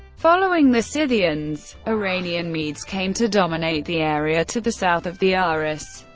following the scythians, iranian medes came to dominate the area to the south of the aras.